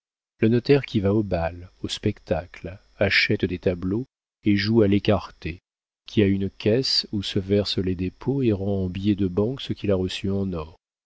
le notaire qui va au bal au spectacle achète des tableaux et joue à l'écarté qui a une caisse où se versent les dépôts et rend en billets de banque ce qu'il a reçu en or